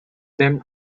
them